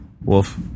Wolf